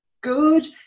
good